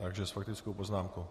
Takže s faktickou poznámkou.